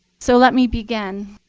so let me begin.